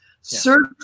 search